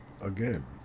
again